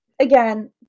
again